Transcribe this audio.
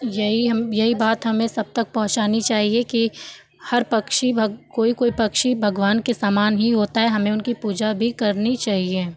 यही हम यही बात हमें सब तक पहुँचानी चाहिए कि हर पक्षी भग कोई कोई पक्षी भगवान के समान ही होता है हमें उनकी पूजा भी करनी चाहिए